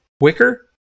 Wicker